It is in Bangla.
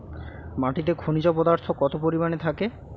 মাটিতে খনিজ পদার্থ কত পরিমাণে থাকে?